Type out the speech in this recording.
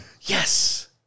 Yes